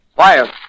Fire